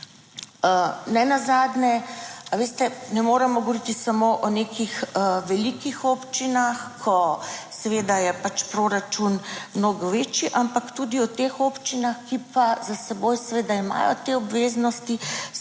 Nenazadnje, veste, ne moremo govoriti samo o nekih velikih občinah, ko seveda je pač proračun mnogo večji, ampak tudi v teh občinah, ki pa za seboj seveda imajo te obveznosti